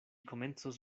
komencos